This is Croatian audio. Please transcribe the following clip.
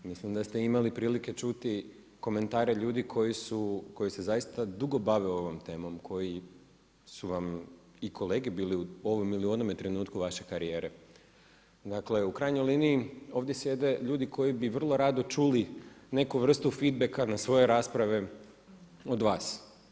Mislim da ste imali prilike čuti komentare ljudi koji se zaista dugo bave ovom temom, koje su vam i kolege u ovom ili onome trenutku vaše karijere, dakle u krajnjoj liniji ovdje sjede ljudi koji bi vrlo rado čuli neku vrstu feedbacka na svoje rasprave od vas.